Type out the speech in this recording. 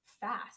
fast